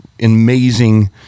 amazing